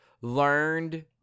learned